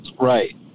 Right